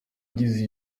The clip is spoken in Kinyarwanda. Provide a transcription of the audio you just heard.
agize